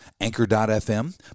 Anchor.fm